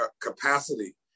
capacity